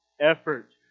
effort